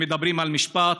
אם מדברים על משפט,